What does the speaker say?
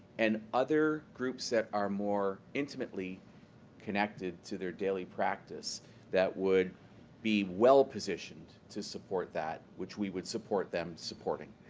and other groups that are more intimately connected to their daily practise that would be well positioned to support that, which we would support them supporting.